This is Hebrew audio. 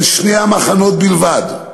בין שני המחנות בלבד,